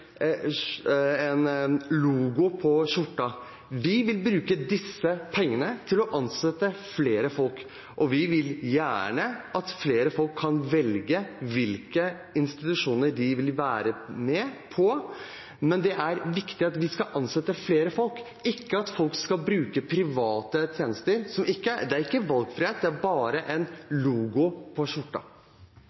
logo på skjorta. Vi vil bruke disse pengene til å ansette flere folk. Vi vil gjerne at flere folk kan velge hvilke institusjoner de vil være på, men det er viktig å ansette flere folk, ikke at folk skal bruke private tjenester. Det er ikke valgfrihet, det er bare en logo på